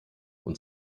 und